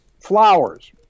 flowers